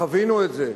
חווינו את זה,